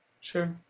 sure